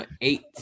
eight